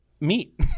meat